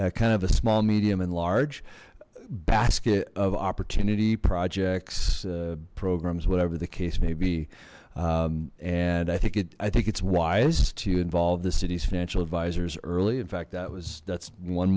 good kind of a small medium and large basket of opportunity projects programs whatever the case may be and i think it i think it's wise to involve the city's financial advisors early in fact that was that's one